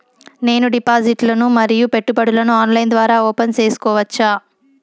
నేను డిపాజిట్లు ను మరియు పెట్టుబడులను ఆన్లైన్ ద్వారా ఓపెన్ సేసుకోవచ్చా?